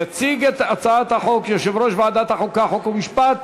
יציג את הצעת החוק יושב-ראש ועדת החוקה, חוק ומשפט